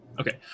Okay